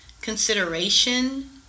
consideration